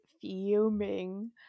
fuming